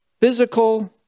physical